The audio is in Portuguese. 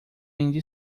ainda